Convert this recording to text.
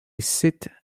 sit